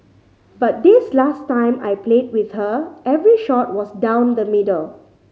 but this last time I played with her every shot was down the middle